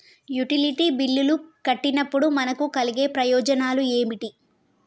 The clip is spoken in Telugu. యుటిలిటీ బిల్లులు కట్టినప్పుడు మనకు కలిగే ప్రయోజనాలు ఏమిటి?